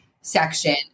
section